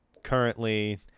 Currently